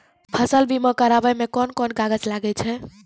फसल बीमा कराबै मे कौन कोन कागज लागै छै?